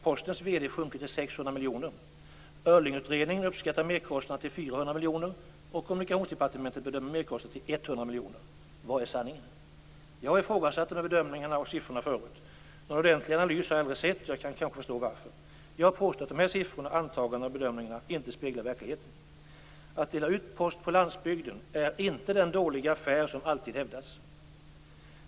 Postens vd sjunkit till 600 miljoner. Öhrlingutredningen uppskattar merkostnaden till 400 miljoner, och Kommunikationsdepartementet bedömer merkostnaden till 100 miljoner. Vad är sanningen? Jag har ifrågasatt de här bedömningarna och siffrorna förut. Någon ordentlig analys har jag aldrig sett, och jag kan kanske förstå varför. Jag påstår att dessa siffror, antaganden och bedömningar inte speglar verkligheten. Att dela ut post på landsbygden är inte den dåliga affär som alltid hävdas.